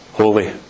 holy